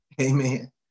Amen